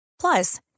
Plus